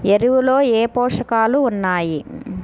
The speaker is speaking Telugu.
ఎరువులలో ఏ పోషకాలు ఉన్నాయి?